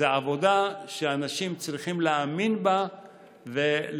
זו עבודה שאנשים צריכים להאמין בה ופשוט